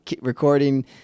recording